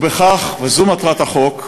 ובכך, וזו מטרת החוק,